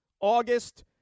August